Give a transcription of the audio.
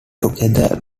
together